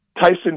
Tyson